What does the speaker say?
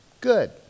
good